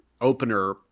opener